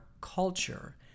culture